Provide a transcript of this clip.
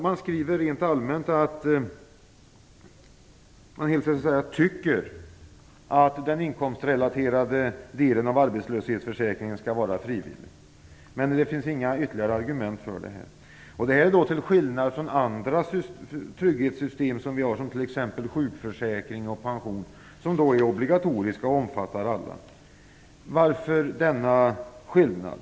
Man skriver rent allmänt att man tycker att den inkomstrelaterade delen av arbetslöshetsförsäkringen skall vara frivillig. Det finns inga ytterligare argument för det här. Det är en skillnad jämfört med andra trygghetssystem, t.ex. sjukförsäkringen och pensionen som är obligatoriska och omfattar alla. Varför finns denna skillnad?